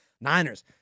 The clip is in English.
Niners